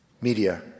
media